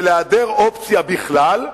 של היעדר אופציה בכלל,